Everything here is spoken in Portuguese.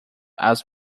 aos